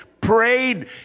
Prayed